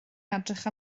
edrych